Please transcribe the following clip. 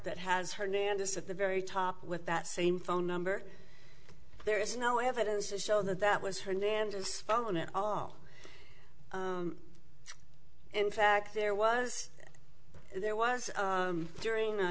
that has hernandez at the very top with that same phone number there is no evidence to show that that was hernandez phone at all in fact there was there was during